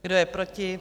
Kdo je proti?